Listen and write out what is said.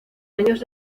años